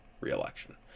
re-election